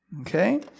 Okay